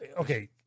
okay